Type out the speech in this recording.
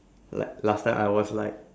like last time I was like